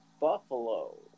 Buffalo